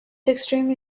extremely